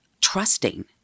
trusting